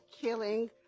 killing